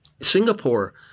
Singapore